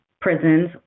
prisons